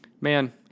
man